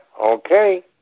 Okay